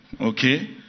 Okay